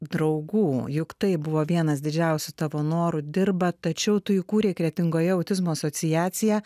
draugų juk tai buvo vienas didžiausių tavo norų dirba tačiau tu įkūrei kretingoje autizmo asociaciją